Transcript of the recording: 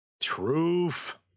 Truth